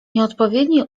nieodpowiedni